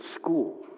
school